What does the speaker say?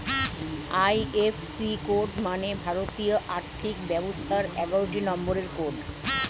IFC code মানে ভারতীয় আর্থিক ব্যবস্থার এগারোটি নম্বরের কোড